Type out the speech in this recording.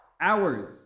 Hours